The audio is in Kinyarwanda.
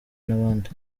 n’abandi